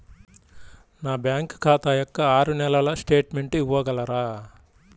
నా బ్యాంకు ఖాతా యొక్క ఆరు నెలల స్టేట్మెంట్ ఇవ్వగలరా?